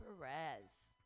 Perez